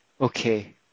Okay